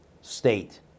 state